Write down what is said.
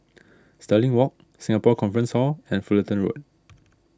Stirling Walk Singapore Conference Hall and Fullerton Road